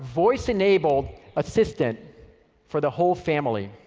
voice-enabled assistant for the whole family.